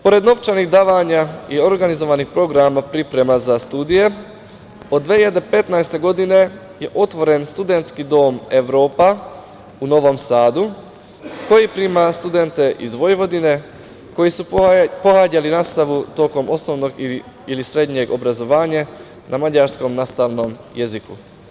Pored novčanih davanja i organizovanih programa priprema za studije od 2015. godine je otvoren studentski dom „Evropa“ u Novom Sadu koji prima studente iz Vojvodine koji su pohađali nastavu tokom osnovnog ili srednjeg obrazovanja na mađarskom nastavnom jeziku.